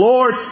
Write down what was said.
Lord